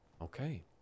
Okay